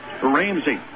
Ramsey